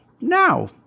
now